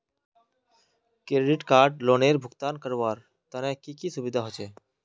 Credit card लोनेर भुगतान करवार तने की की सुविधा होचे??